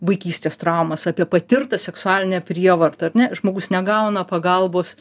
vaikystės traumas apie patirtą seksualinę prievartą ar ne žmogus negauna pagalbos